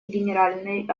генеральной